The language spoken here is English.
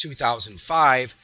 2005